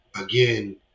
again